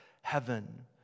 heaven